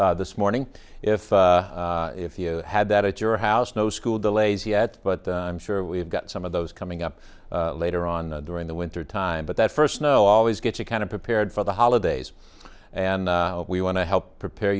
fall this morning if if you had that at your house no school delays yet but i'm sure we've got some of those coming up later on during the winter time but that first snow always gets you kind of prepared for the holidays and we want to help prepare